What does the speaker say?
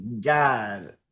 god